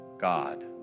God